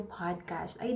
podcast